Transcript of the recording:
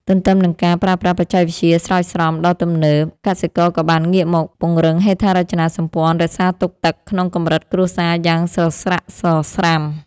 ទន្ទឹមនឹងការប្រើប្រាស់បច្ចេកវិទ្យាស្រោចស្រពដ៏ទំនើប កសិករក៏បានងាកមកពង្រឹងហេដ្ឋារចនាសម្ព័ន្ធរក្សាទុកទឹកក្នុងកម្រិតគ្រួសារយ៉ាងសស្រាក់សស្រាំ។